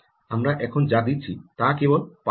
আমরা এখন যা দিচ্ছি তা কেবল পাস কী